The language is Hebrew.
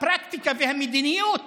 הפרקטיקה והמדיניות